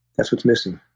that's what's missing.